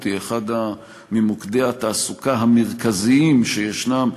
היא ממוקדי התעסוקה המרכזיים שישנם,